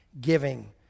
giving